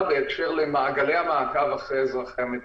בהקשר למעגלי המעקב אחרי אזרחי המדינה.